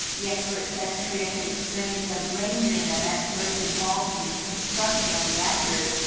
the expert says korea could experience a brain drain of experts involved in the construction of reactors.